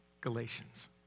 Galatians